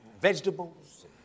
Vegetables